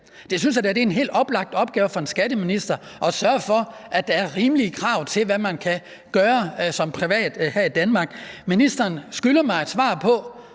det er en helt oplagt opgave for en skatteminister at sørge for, at der er rimelige krav til, hvad man kan gøre som privatperson her i Danmark. Ministeren skylder mig et svar på,